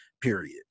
period